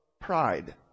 pride